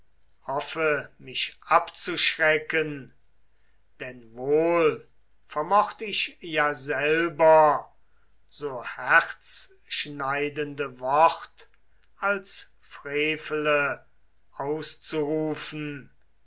hoffe mich abzuschrecken denn wohl vermöcht ich ja selber so herzschneidende wort als frevele auszurufen